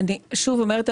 שוב אני אומרת,